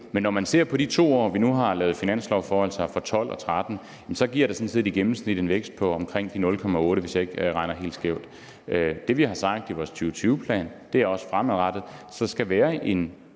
Når man ser på de 2 år, vi nu har lavet finanslove for, altså for 2012 og 2013, giver det sådan set en gennemsnitlig vækst på omkring de 0,8 pct., hvis jeg ikke regner helt skævt. Det, vi har sagt i vores 2020-plan, er også fremadrettet. Der skal være en